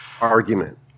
argument